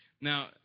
Now